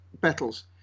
battles